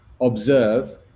observe